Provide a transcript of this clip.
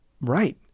right